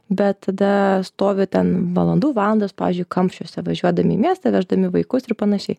bet tada stovi ten valandų valandas pavyzdžiui kamščiuose važiuodami į miestą veždami vaikus ir panašiai